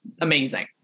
amazing